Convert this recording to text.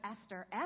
Esther